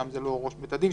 שם זה לא ראש בית הדין,